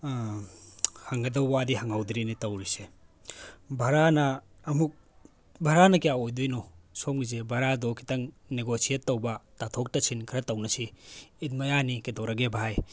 ꯍꯪꯒꯗꯕ ꯋꯥꯗꯤ ꯍꯪꯍꯧꯗ꯭ꯔꯦꯅꯦ ꯇꯧꯔꯤꯁꯦ ꯕꯔꯥꯅ ꯑꯃꯨꯛ ꯕꯔꯥꯅ ꯀꯌꯥ ꯑꯣꯏꯗꯣꯏꯅꯣ ꯁꯣꯝꯒꯤꯁꯦ ꯕꯔꯥꯗꯣ ꯈꯤꯇꯪ ꯅꯤꯒꯣꯁꯤꯌꯦꯠ ꯇꯧꯕ ꯇꯥꯊꯣꯛ ꯇꯥꯁꯤꯟ ꯈꯔ ꯇꯧꯅꯁꯤ ꯏꯠ ꯃꯌꯥꯅꯤ ꯀꯩꯗꯧꯔꯒꯦ ꯚꯥꯏ